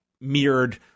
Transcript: mirrored